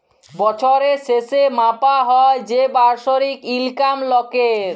বছরের শেসে মাপা হ্যয় যে বাৎসরিক ইলকাম লকের